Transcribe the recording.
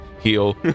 heal